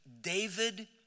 David